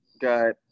got